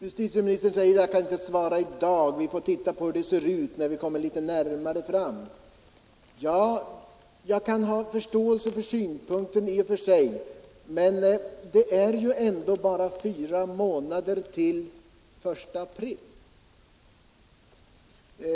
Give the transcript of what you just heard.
Justitieministern säger att han inte kan svara i dag. Vi får se hur det ser ut, när vi kommer längre fram. Ja, jag kan ha förståelse för synpunkten i och för sig, men det är ändå bara fyra månader till den 1 april.